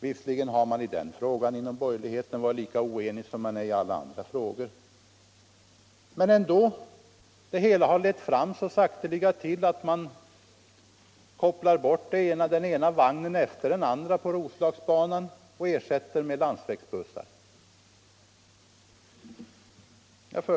Visserligen har man inom borgerligheten varit lika oenig i den här frågan som i alla andra frågor, men ändå har det hela så sakteliga lett fram till att man kopplar bort den ena vagnen efter den andra på Roslagsbanan och ersätter med landsvägsbussar.